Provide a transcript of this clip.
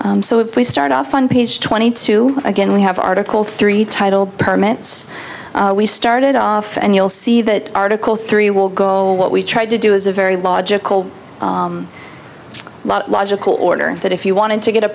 so if we start off on page twenty two again we have art three title permits we started off and you'll see that article three will go what we tried to do is a very logical but logical order that if you wanted to get a